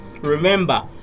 remember